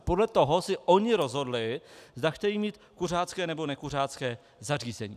Podle toho si oni rozhodli, zda chtějí mít kuřácké, nebo nekuřácké zařízení.